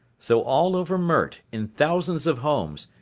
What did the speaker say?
so all over mert, in thousands of homes,